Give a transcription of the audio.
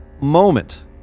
moment